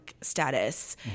status